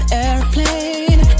airplane